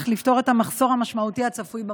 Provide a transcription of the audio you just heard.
לפתור את המחסור המשמעותי הצפוי במורים?